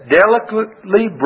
delicately